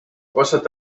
osad